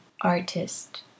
artist